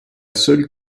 seule